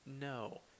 No